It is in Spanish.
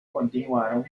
continuaron